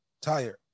tired